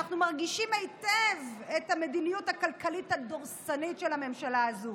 אנחנו מרגישים היטב את המדיניות הכלכלית הדורסנית של הממשלה הזו.